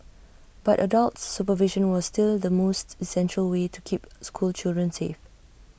but adult supervision was still the most essential way to keep school children safe